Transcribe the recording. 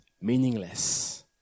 meaningless